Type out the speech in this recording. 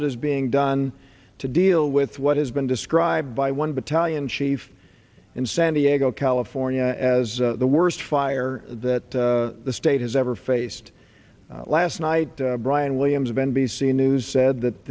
that is being done to deal with what has been described by one battalion chief in san diego california as the worst fire that the state has ever faced last night brian williams of n b c news said that